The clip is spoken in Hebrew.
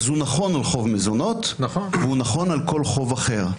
אז הוא נכון על חוב מזונות והוא נכון על כל חוב אחר.